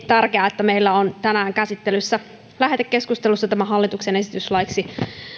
tärkeää että meillä on tänään käsittelyssä lähetekeskustelussa tämä hallituksen esitys laiksi